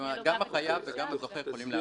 גם החייב וגם הזוכה יכולים להגיב.